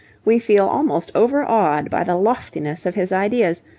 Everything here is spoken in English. we feel almost overawed by the loftiness of his ideas,